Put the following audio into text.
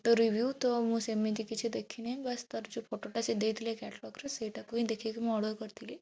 photo review ତ ମୁଁ ସେମିତି କିଛି ଦେଖିନି ବାସ୍ ତା'ର ଯେଉଁ ଫଟୋଟା ସିଏ ଦେଇଥିଲେ କ୍ୟାଟଲଗ୍ରେ ସେଇଟାକୁ ହିଁ ଦେଖିକି ମୁଁ ଅର୍ଡ଼ର କରିଥିଲି